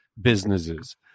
businesses